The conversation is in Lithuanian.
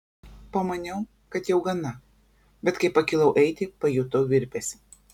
pamaniau kad jau gana bet kai pakilau eiti pajutau virpesį